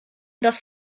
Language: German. das